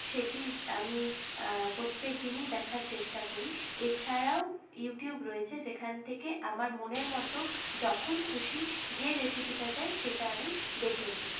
সেটি আমি প্রত্যেকদিনই দেখার চেষ্টা করি এছাড়াও ইউটিউব রয়েছে যেখান থেকে আমার মনের মতো যখন খুশি যে রেসিপিটা চাই সেটা আমি দেখে নিই